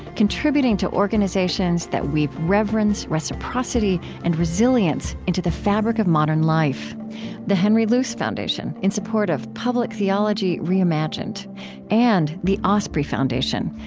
contributing to organizations that weave reverence, reciprocity, and resilience into the fabric of modern life the henry luce foundation, in support of public theology reimagined and the osprey foundation,